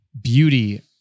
beauty